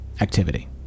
activity